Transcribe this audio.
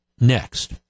next